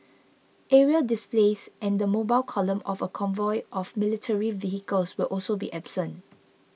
aerial displays and the mobile column of a convoy of military vehicles will also be absent